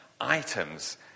items